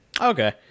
Okay